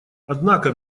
однако